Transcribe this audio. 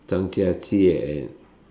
Zhangjiajie and